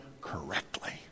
correctly